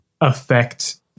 affect